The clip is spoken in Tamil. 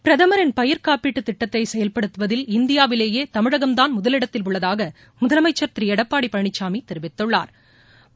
பிரதமின் பயிர்க்காப்பீட்டுத் திட்டத்தை செயல்படுத்துவதில் இந்தியாவிலேயே தமிழகம் தான் முதலிடத்தில் உள்ளதாக முதலமைச்சர் திரு எடப்பாடி பழனிசாமி தெரிவித்துள்ளாா்